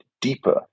deeper